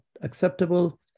acceptable